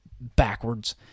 backwards